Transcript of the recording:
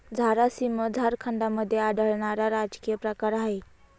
झारसीम झारखंडमध्ये आढळणारा राजकीय प्रकार आहे